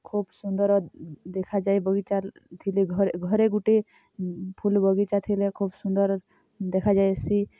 ଖୋବ୍ ସୁନ୍ଦର ଦେଖାଯାଏ ବଗିଚା ଥିଲେ ଘରେ ଗୁଟେ ଫୁଲ୍ ବଗିଚା ଥିଲେ ଖୋବ୍ ସୁନ୍ଦର୍ ଦେଖା ଯାଏସି